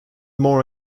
more